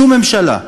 שום ממשלה,